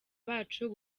bacu